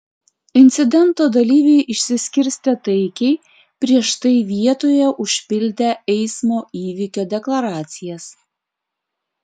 incidento dalyviai išsiskirstė taikiai prieš tai vietoje užpildę eismo įvykio deklaracijas